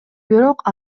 бирок